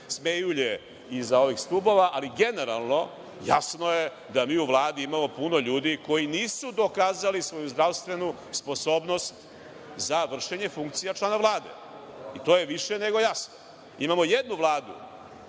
smejulje iza ovih stubova, ali generalno, jasno je da mi u Vladi imamo puno ljudi koji nisu dokazali svoju zdravstvenu sposobnost za vršenje funkcija člana Vlade i to je više nego jasno. Imamo jednu Vladu